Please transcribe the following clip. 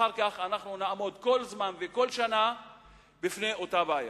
ואחר נעמוד כל הזמן וכל שנה בפני אותה בעיה.